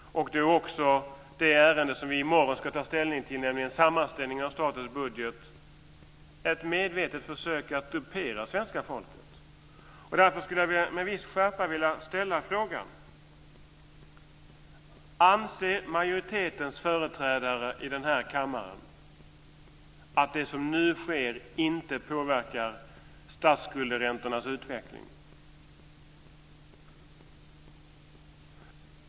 Då är också det ärende som vi i morgon ska ta ställning till, nämligen sammanställning av statens budget, ett medvetet försök att dupera svenska folket. Därför skulle jag med viss skärpa vilja ställa frågan: Anser majoritetens företrädare i den här kammaren att det som nu sker inte påverkar statsskuldsräntornas utveckling?